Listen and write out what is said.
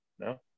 No